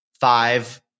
five